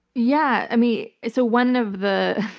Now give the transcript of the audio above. yeah, i mean, so one of the